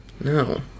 No